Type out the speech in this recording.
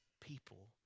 people